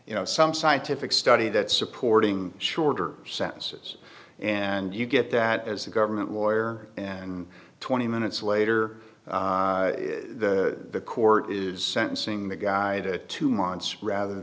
you know some scientific study that supporting shorter sentences and you get that as a government lawyer and twenty minutes later the court is sentencing the guy to two months rather